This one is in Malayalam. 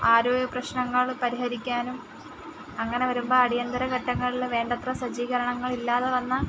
ആരോഗ്യപ്രശ്നങ്ങൾ പരിഹരിക്കാനും അങ്ങനെ വരുമ്പം അടിയന്തര ഘട്ടങ്ങളിൽ വേണ്ടത്ര സജ്ജികരണങ്ങൾ ഇല്ലാതെ വന്നാൽ